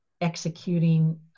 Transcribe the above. executing